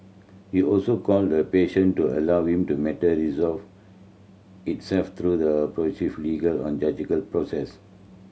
he also called a patience to allow to matter resolve itself through the legal or judicial process